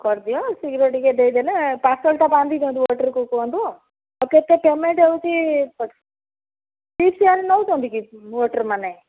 କରିଦିଅ ଶିଘିର ଟିକେ ଦେଇଦେଲେ ପାର୍ସଲ୍ଟା ବାନ୍ଧି ଦିଅନ୍ତୁ ୱେଟର୍କୁ କୁହନ୍ତୁ ଆଉ କେତେ ପେମେଣ୍ଟ୍ ହେଉଛି ପ ଟିପ୍ସ୍ ଆହୁରି ନେଉଛନ୍ତି କି ୱେଟର୍ମାନେ